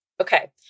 Okay